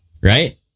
Right